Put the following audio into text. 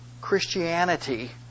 Christianity